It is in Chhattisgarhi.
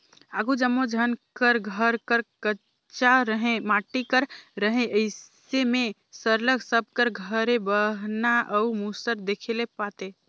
आघु जम्मो झन कर घर हर कच्चा रहें माटी कर रहे अइसे में सरलग सब कर घरे बहना अउ मूसर देखे ले पाते